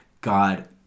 God